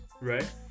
right